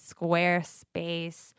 Squarespace